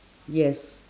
yes